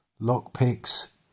lockpicks